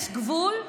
יש גבול,